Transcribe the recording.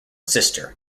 sister